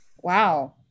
Wow